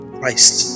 Christ